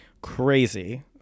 Crazy